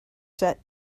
set